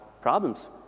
problems